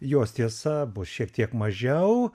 jos tiesa bus šiek tiek mažiau